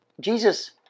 Jesus